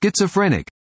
schizophrenic